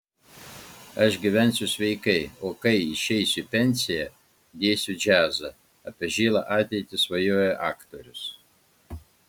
aš gyvensiu sveikai o kai išeisiu į pensiją dėsiu džiazą apie žilą ateitį svajojo aktorius